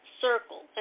Circle